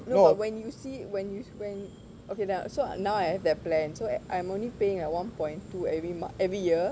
no when you see when use when okay lah so now I have the plan so I'm only paying like one point two every mon~ every year